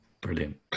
Brilliant